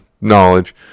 knowledge